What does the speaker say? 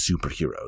superheroes